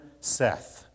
Seth